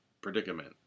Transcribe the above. predicament